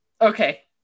okay